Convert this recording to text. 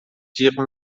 جیغ